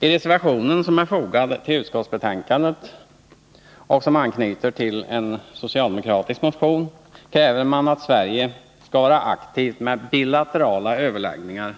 I reservationen, som är fogad till betänkandet nr 13 och som anknyter till en socialdemokratisk motion, kräver man att Sverige skall vara aktivt när det gäller bilaterala överläggningar